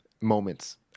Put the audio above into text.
moments